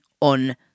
on